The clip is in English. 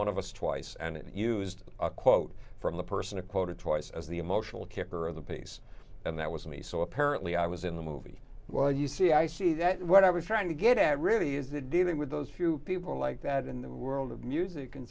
one of us twice and it used a quote from the person who quoted twice as the emotional character of the piece and that was me so apparently i was in the movie well you see i see that what i was trying to get at really is that dealing with those few people like that in the world of music and